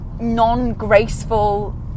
non-graceful